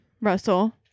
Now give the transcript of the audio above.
Russell